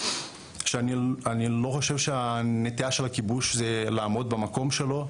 שאני לא חושב שהנטייה של הכיבוש זה לעמוד במקום שלו,